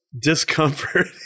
discomfort